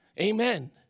Amen